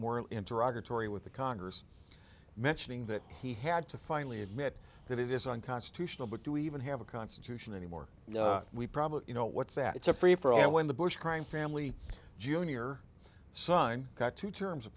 and tory with the congress mentioning that he had to finally admit that it is unconstitutional but do we even have a constitution anymore we probably you know what's that it's a free for all when the bush crime family jr son got two terms of